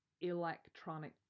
electronic